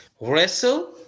wrestle